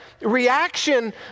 reaction